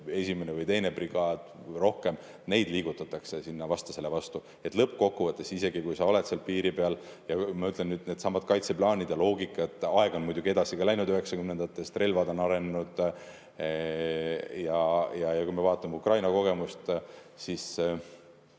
esimene või teine brigaad või rohkem, neid liigutatakse sinna vastasele vastu. Lõppkokkuvõttes, isegi kui sa oled seal piiri peal – ja ma ütlen nüüd, needsamad kaitseplaanid ja loogikad, aeg on muidugi edasi läinud 1990-ndatest, relvad on arenenud, ja kui me vaatame Ukraina kogemust –,